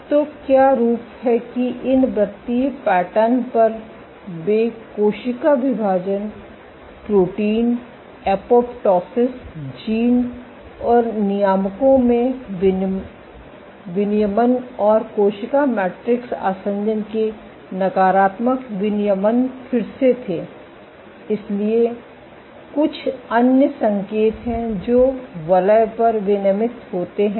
तो क्या रूप है कि इन वृत्तीय पैटर्न पर वे कोशिका विभाजन प्रोटीन एपोप्टोसिस जीन और नियामकों में विनियमन और कोशिका मैट्रिक्स आसंजन के नकारात्मक विनियमन फिर से थे इसलिए कुछ अन्य संकेत हैं जो वलय पर विनियमित होते हैं